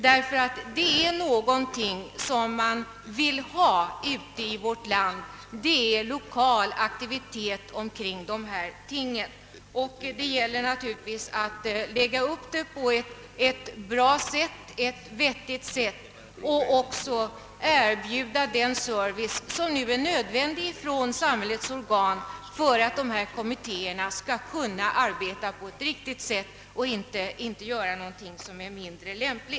Vad man vill ha ute i vårt land är lokal aktivitet kring dessa frågor. Det gäller naturligtvis att lägga upp verksamheten på ett vettigt sätt och erbjuda den service från samhällets organ som nu är nödvändig för att dessa kommittéer skall kunna arbeta på ett riktigt sätt.